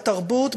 בתרבות,